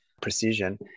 precision